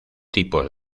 tipos